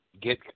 get